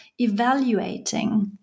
evaluating